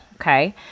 Okay